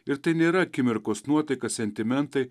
ir tai nėra akimirkos nuotaika sentimentai